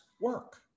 work